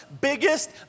biggest